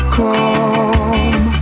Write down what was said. come